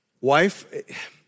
Wife